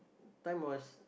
time was